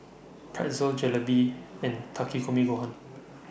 Pretzel Jalebi and Takikomi Gohan